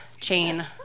chain